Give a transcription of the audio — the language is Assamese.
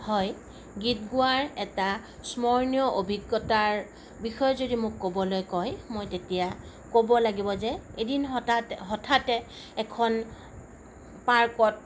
হয় গীত গোৱাৰ এটা স্মৰনীয় অভিজ্ঞতাৰ বিষয়ে যদি মোক ক'বলৈ কয় মই তেতিয়া ক'ব লাগিব যে এদিন হতাত হঠাতে এখন পাৰ্কত